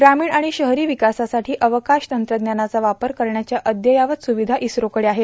ग्रामीण आर्ाण शहरो विकासासाठो अवकाश तंत्रज्ञानाचा वापर करण्याच्या अदययावत र्स्रावधा इस्रोकडे आहेत